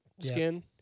skin